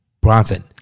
Bronson